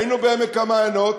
היינו בעמק-המעיינות,